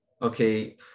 okay